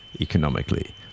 economically